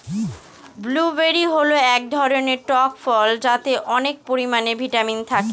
blueberry হল এক ধরনের টক ফল যাতে অনেক পরিমানে ভিটামিন থাকে